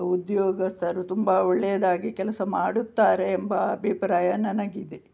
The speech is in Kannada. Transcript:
ಉದ್ಯೋಗಸ್ಥರು ತುಂಬ ಒಳ್ಳೆಯದಾಗಿ ಕೆಲಸ ಮಾಡುತ್ತಾರೆ ಎಂಬ ಅಭಿಪ್ರಾಯ ನನಗಿದೆ